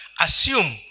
assume